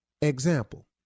Example